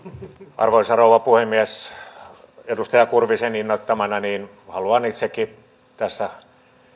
arvoisa rouva puhemies edustaja kurvisen innoittamana haluan itsekin tässä